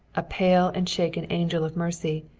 a pale and shaken angel of mercy,